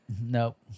Nope